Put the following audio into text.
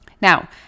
Now